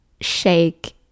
shake